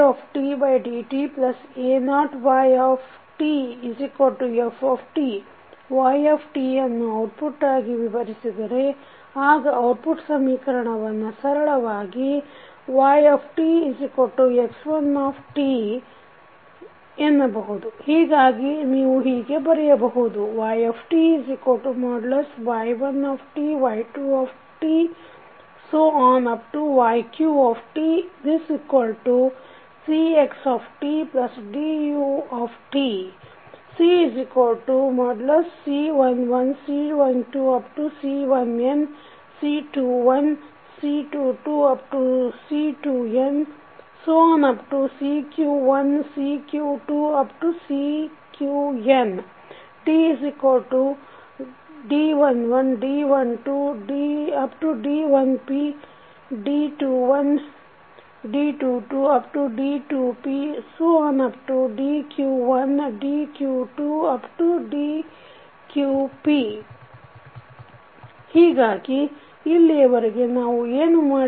a1dytdta0ytft yt ಯನ್ನು output ಆಗಿ ವಿವರಿಸಿದರೆ ಆಗ ಔಟ್ಪುಟ್ ಸಮೀಕರಣವನ್ನು ಸರಳವಾಗಿytx1t ಹೀಗಾಗಿ ನೀವು ಹೀಗೆ ಬರೆಯಬಹುದು yty1 y2 yq CxtDu Cc11 c12 c1n c21 c22 c2n ⋮⋱ cq1 cq2 cqn Dd11 d12 d1p d21 d22 d2p ⋮⋱ dq1 dq2 dqp ಹೀಗಾಗಿ ಇಲ್ಲಿಯವರೆಗೆ ನಾವು ಏನು ಮಾಡಿದೆವು